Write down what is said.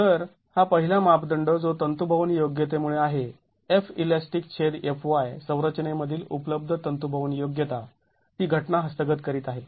तर हा पहिला मापदंड जो तंतूभवन योग्यतेमुळे आहे Felastic छेद Fy संरचनेमधील उपलब्ध तंतूभवन योग्यता ती घटना हस्तगत करीत आहे